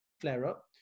flare-up